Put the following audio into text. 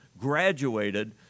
graduated